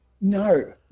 No